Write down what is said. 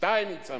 שטייניץ אמר,